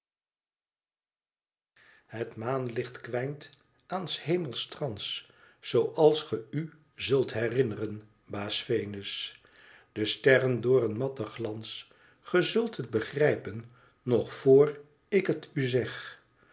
het maanlicht kwijnt aan s hemels trans zooals ge u zult herinneren baas venus de sterren door een matten glans ge zult het begrijpen nog vr ik het u zeg